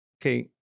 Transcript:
Okay